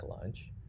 lunch